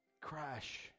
crash